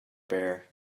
bear